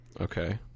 Okay